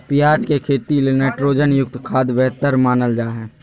प्याज के खेती ले नाइट्रोजन युक्त खाद्य बेहतर मानल जा हय